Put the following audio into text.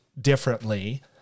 differently